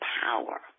power